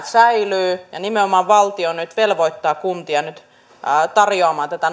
säilyy nimenomaan valtio nyt velvoittaa kuntia tarjoamaan tätä